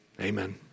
amen